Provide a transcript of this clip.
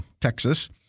Texas